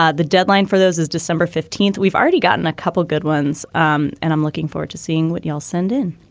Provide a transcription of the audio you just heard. ah the deadline for those is december fifteenth. we've already gotten a couple of good ones um and i'm looking forward to seeing what you'll send in.